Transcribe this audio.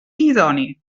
idoni